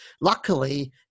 luckily